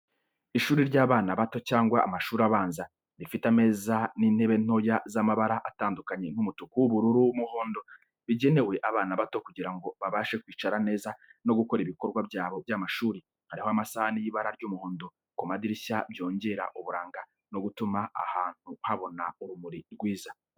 Ishuri ry'abana bato cyangwa amashuri abanza, rifite ameza n'intebe ntoya z'amabara atandukanye nk'umutuku, ubururu, n'umuhondo, bigenewe abana bato kugira ngo babashe kwicara neza no gukora ibikorwa byabo by'amashuri. Hariho amashashi y'ibara ry'umuhondo ku madirisha byongera uburanga no gutuma ahantu habona urumuri rwiza.